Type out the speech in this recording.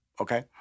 Okay